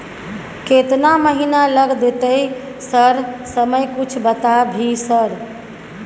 केतना महीना लग देतै सर समय कुछ बता भी सर?